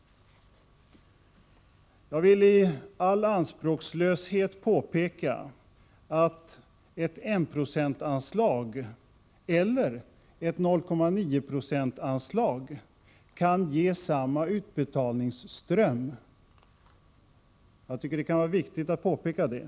Jag vill i all anspråkslöshet påpeka att ett enprocentsanslag eller ett 0,9-procentsanslag kan ge samma utbetalningsström. Det kan vara viktigt att påpeka detta.